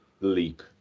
leap